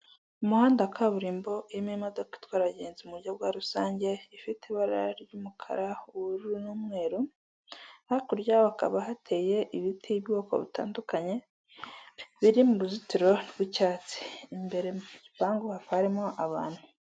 Umuhanda wa kaburimbo urimo imodoka itwara abagenzi mu buryo bwa rusange, ifite ibara ry'umukara ubururu n'umweru hakurya hakaba hateye ibiti by'ubwoko butandukanye biri mu ruzitiro rw'icyatsi, imbere mu gipangu hakaba harimo abantu.